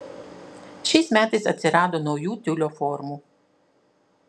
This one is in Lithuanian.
šiais metais atsirado naujų tiulio formų